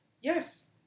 Yes